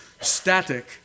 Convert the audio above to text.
static